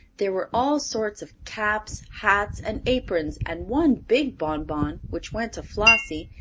there were all sorts of caps, hats, and aprons, and one big bonbon, which went to flossie,